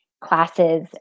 classes